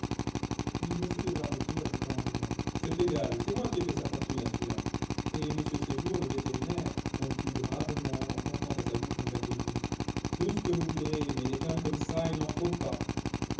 puis m de varnetot ajouta en riant c'est égal c'est moi qui ai fait sa fortune à celui-là et m séjour le vétérinaire conclut gravement en portant à sa bouche un verre deaude vie tout ce que vous voudrez mais des femmes comme ça il n'en faut pas